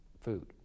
food